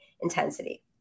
intensity